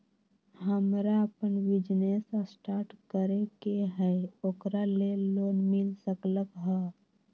हमरा अपन business start करे के है ओकरा लेल लोन मिल सकलक ह?